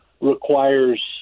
requires